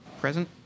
Present